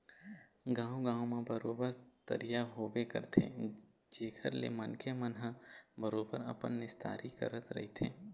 गाँव गाँव म बरोबर तरिया होबे करथे जेखर ले मनखे मन ह बरोबर अपन निस्तारी करत रहिथे